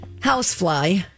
housefly